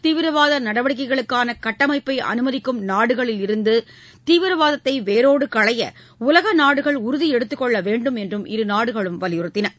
தீவிரவாத நடவடிக்கைகளுக்கான கட்டமைப்பை அனுமதிக்கும் நாடுகளிலிருந்து தீவிரவாதத்தை வேரோடு களைய உலக நாடுகள் உறுதி எடுத்துக்கொள்ள வேண்டும் என்றும் இரு நாடுகளும் வலியுறுத்தியுள்ளன